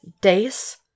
days